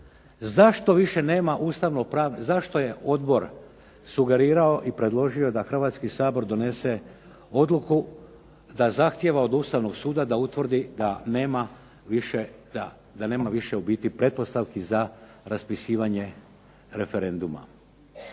zašto je odbor sugerirao i predložio da Hrvatski sabor donese odluku da zahtjeva od Ustavnog suda da utvrdi da nema više u biti pretpostavki za raspisivanje referenduma,